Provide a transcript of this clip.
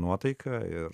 nuotaiką ir